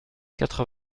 quatre